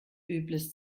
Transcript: übles